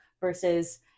versus –